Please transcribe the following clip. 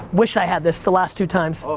wish i had this the last two times. so